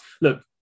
Look